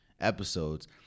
episodes